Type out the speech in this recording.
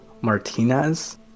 Martinez